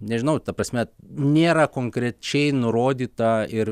nežinau ta prasme nėra konkrečiai nurodyta ir